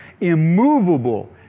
Immovable